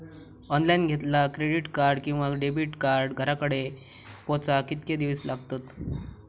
Online घेतला credit card किंवा debit card घराकडे पोचाक कितके दिस लागतत?